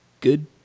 good